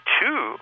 two